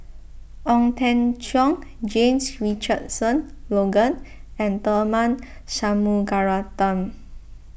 Ong Teng Cheong James Richardson Logan and Tharman Shanmugaratnam